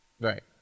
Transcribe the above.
Right